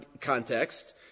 context